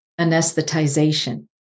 anesthetization